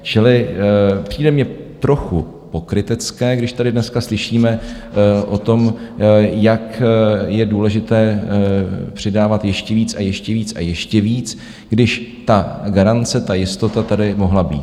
Čili přijde mi trochu pokrytecké, když tady dneska slyšíme o tom, jak je důležité přidávat ještě víc a ještě víc a ještě víc, když ta garance, ta jistota tady mohla být.